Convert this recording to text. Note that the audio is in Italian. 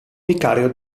vicario